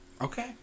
Okay